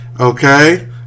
okay